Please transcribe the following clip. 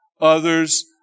others